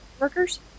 workers